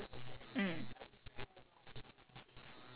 garlic bread ah ya I think it's a